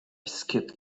skip